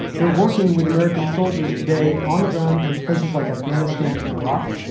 they're working with american soldiers today on the ground in places like afghanistan and iraq,